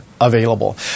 available